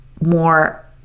more